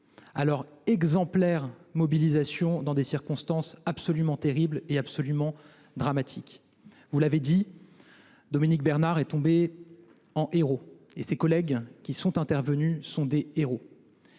cette exemplaire mobilisation dans des circonstances absolument terribles et dramatiques. Vous l’avez dit, Dominique Bernard est tombé en héros. Ses collègues qui sont intervenus sont des héros.